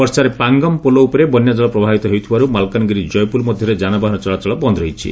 ବର୍ଷାରେ ପାଙ୍ଗାମ ପୋଲ ଉପରେ ବନ୍ୟାଜଳ ପ୍ରବାହିତ ହେଉଥିବାରୁ ମାଲକାନଗିରି ଜୟପୁର ମଧ୍ଧରେ ଯାନବାହାନ ଚଳାଚଳ ବନ୍ଦ ରହିଛି